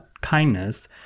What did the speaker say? kindness